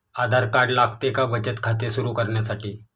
आधार card लागते का बचत खाते सुरू करण्यासाठी?